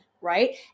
right